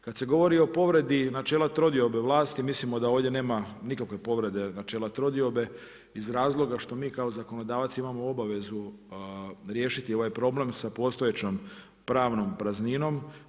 Kad se govori o povredi načela trodiobe vlasti mislimo da ovdje nema nikakve povrede načela trodiobe iz razloga što mi kao zakonodavac imamo obavezu riješiti ovaj problem sa postojećom pravnom prazninom.